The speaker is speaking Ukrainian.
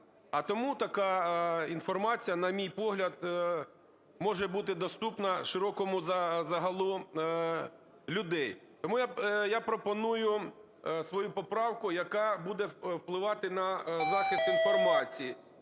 А тому така інформація, на мій погляд, може бути доступна широкому загалу людей. Тому я пропоную свою поправку, яка буде впливати на захист інформації.